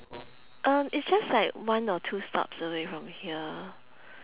um it's just like one or two stops away from here